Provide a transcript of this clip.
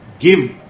Give